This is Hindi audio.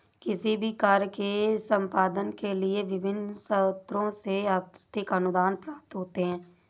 किसी भी कार्य के संपादन के लिए विभिन्न स्रोतों से आर्थिक अनुदान प्राप्त होते हैं